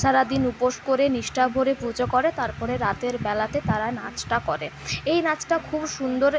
সারা দিন উপোষ করে নিষ্ঠা ভরে পুজো করে তারপরে রাতের বেলাতে তারা নাচটা করে এই নাচটা খুব সুন্দর